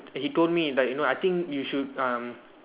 he told me like you know I think you should um